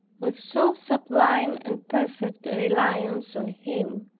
with so sublime and perfect a reliance on him,